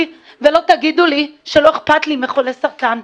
ולא תגידו לי שלא אכפת לי מחולי סרטן,